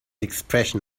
expression